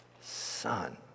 son